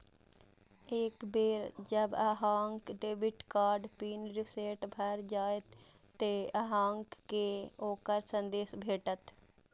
एक बेर जब अहांक डेबिट कार्ड पिन रीसेट भए जाएत, ते अहांक कें ओकर संदेश भेटत